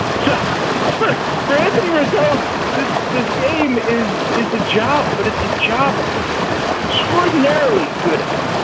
so for everyone down this this game is is the job but it's a job he's extraordinarily good at.